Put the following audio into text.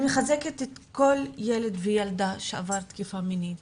אני מחזקת כל ילד וילדה שעברו תקיפה מינית